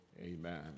amen